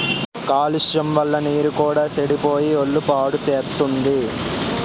కాలుష్యం వల్ల నీరు కూడా సెడిపోయి ఒళ్ళు పాడుసేత్తుంది